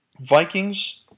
Vikings